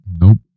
Nope